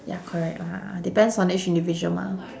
ya correct lah depends on each individual mah